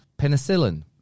Penicillin